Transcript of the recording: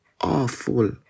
awful